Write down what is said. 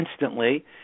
instantly